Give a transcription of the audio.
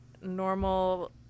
normal